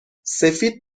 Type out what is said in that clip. سفید